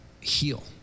heal